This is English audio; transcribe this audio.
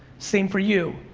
same for you,